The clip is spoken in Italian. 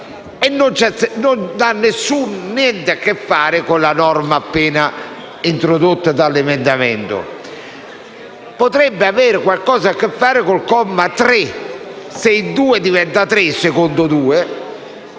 non ha nulla a che fare con la norma appena introdotta dall'emendamento. Potrebbe avere qualcosa a che fare con il comma 3, se il secondo